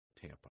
Tampa